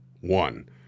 one